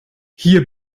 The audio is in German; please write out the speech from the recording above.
hier